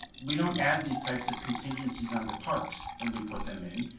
we don't add these types of contingencies onto parks when we put them in.